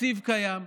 התקציב קיים.